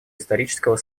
исторического